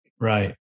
Right